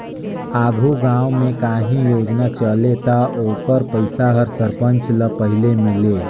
आघु गाँव में काहीं योजना चले ता ओकर पइसा हर सरपंच ल पहिले मिले